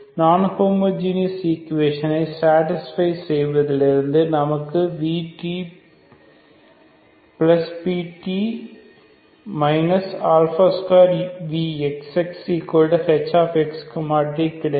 நான் ஹோமோஜீனஸ் ஈக்குவேஷனை சேடிஸ்பை செய்வதிலிருந்து நமக்கு vtpt 2vxxhx tகிடைக்கும்